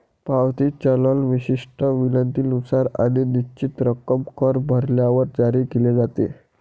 पावती चलन विशिष्ट विनंतीनुसार आणि निश्चित रक्कम कर भरल्यावर जारी केले जाते